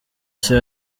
nshya